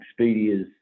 Expedia's